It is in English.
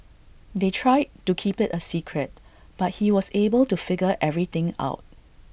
they tried to keep IT A secret but he was able to figure everything out